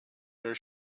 their